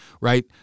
right